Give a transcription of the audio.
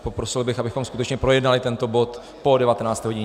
Poprosil bych, abychom skutečně projednali tento bod po 19. hodině.